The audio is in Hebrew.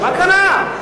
מה קרה?